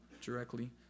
directly